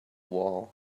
wall